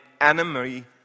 enemy